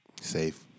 Safe